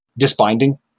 Disbinding